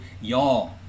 y'all